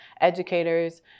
educators